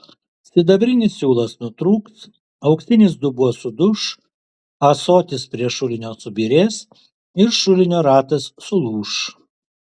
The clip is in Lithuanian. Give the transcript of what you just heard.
sidabrinis siūlas nutrūks auksinis dubuo suduš ąsotis prie šulinio subyrės ir šulinio ratas sulūš